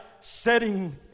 setting